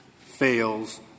fails